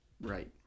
right